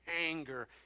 anger